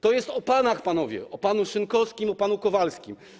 To jest o panach, panowie, o panu Szynkowskim, o panu Kowalskim.